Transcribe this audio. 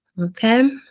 Okay